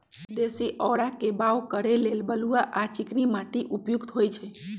देशी औरा के बाओ करे लेल बलुआ आ चिकनी माटि उपयुक्त होइ छइ